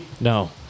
No